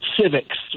civics